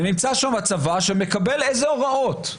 ונמצא שם הצבא, שמקבל איזה הוראות?